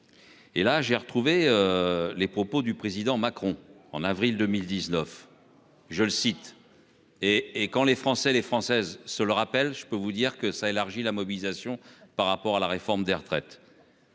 Et là j'ai retrouvé. Les propos du président Macron en avril 2019, je le cite et et quand les Français, les Françaises se le rappelle, je peux vous dire que ça élargit la mobilisation par rapport à la réforme des retraites.